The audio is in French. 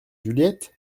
juliette